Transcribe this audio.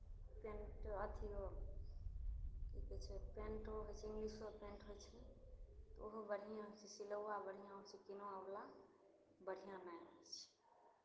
paint अथिओ की कहै छै पेंटो होइ छै इंग्लिशो पेंट होइ छै ओहो बढ़िआँसँ सिलौआ बढ़िआँ होइ छै किनौआवला बढ़िआँ नहि होइ छै